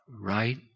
right